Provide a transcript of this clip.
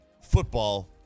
football